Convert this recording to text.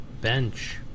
bench